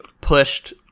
pushed